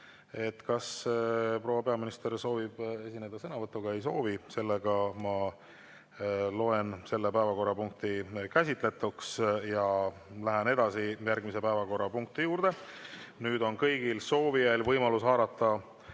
kas proua peaminister soovib esineda sõnavõtuga? Ei soovi. Ma loen selle päevakorrapunkti käsitletuks. Läheme edasi järgmise päevakorrapunkti juurde. Nüüd on kõigil soovijail võimalus pärast